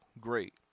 great